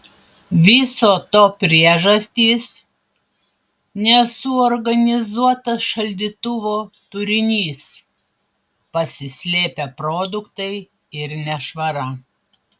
viso to priežastys nesuorganizuotas šaldytuvo turinys pasislėpę produktai ir nešvara